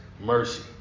mercy